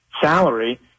salary